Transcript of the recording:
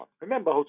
remember